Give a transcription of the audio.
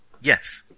Yes